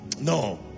No